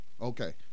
Okay